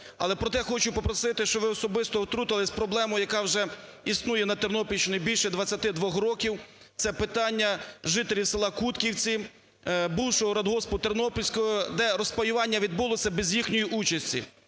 Але проте хочу попросити, щоб ви особисто втрутилися в проблему, яка вже існує на Тернопільщині більше 22 років, - це питання жителів села Кутківці, бувшого радгоспу "Тернопільського", де розпаювання відбулося без їхньої участі,